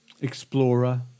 Explorer